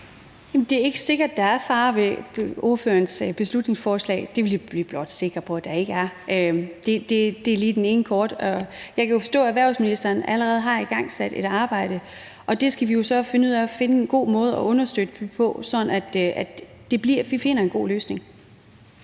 det er ikke sikkert, at der er farer ved ordførerens beslutningsforslag, men det vil vi blot være sikre på at der ikke er. Det er lige den ene korte ting. Jeg kan jo forstå, at erhvervsministeren allerede har igangsat et arbejde, og vi skal finde en god måde at understøtte det på, sådan at vi finder en god løsning.